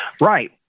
Right